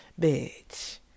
bitch